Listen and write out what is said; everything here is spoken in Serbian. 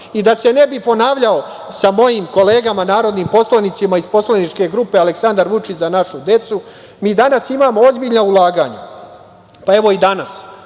se ne bih ponavljao sa mojim kolegama narodnim poslanicima iz poslaničke grupe "Aleksandar Vučić - Za našu decu", mi danas imamo ozbiljna ulaganja. Evo, i danas,